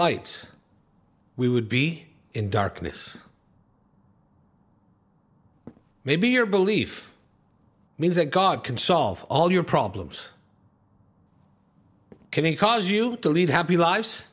lights we would be in darkness maybe your belief means that god can solve all your problems can cause you to lead happy lives